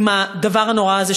עם הדבר הנורא הזה,